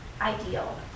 ideal